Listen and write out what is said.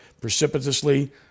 precipitously